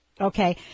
Okay